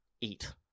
eat